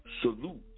salute